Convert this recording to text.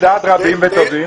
ולדעת רבים וטובים.